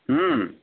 ହୁଁ